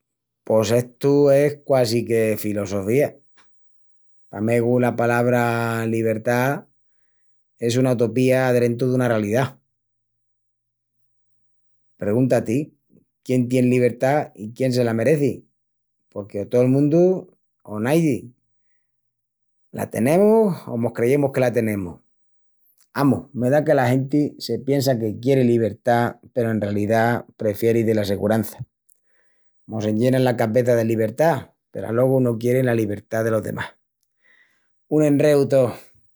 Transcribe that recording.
Pos estu es quasi que filosofía. Pa megu la palabra libertá es una utopía adrentu duna ralidá. Pregunta-ti, quién tien libertá i quién se la mereci, porque o tol mundu o naidi. La tenemus o mos creyemus que la tenemus? Amus, me da que la genti se piensa que quieri libertá peru en ralidá prefieri dela segurança. Mos enllenan la cabeça de libertá peru alogu no quierin la libertá delos demás. Un enreu tó!